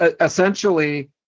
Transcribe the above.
essentially